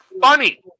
funny